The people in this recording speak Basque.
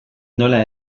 nola